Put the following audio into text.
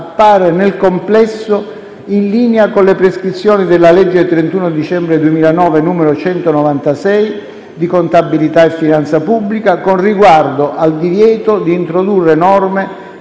appare nel complesso in linea con le prescrizioni della legge 31 dicembre 2009, n. 196, di contabilità e finanza pubblica, con riguardo al divieto di introdurre norme